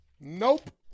Nope